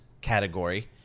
category